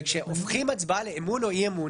כאשר הופכים הצבעה להצבעת אמון או אי-אמון